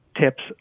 tips